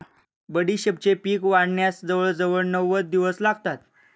बडीशेपेचे पीक वाढण्यास जवळजवळ नव्वद दिवस लागतात